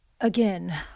Again